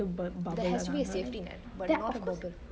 there has to be a safety net but not a bubble